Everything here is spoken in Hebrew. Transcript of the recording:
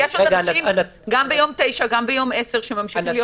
יש אנשים שביום התשיעי וגם ביום העשירי שממשיכים להיות